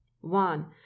One